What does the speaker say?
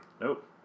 Nope